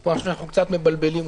אבל אנחנו קצת מבלבלים מושגים.